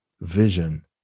vision